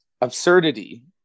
absurdity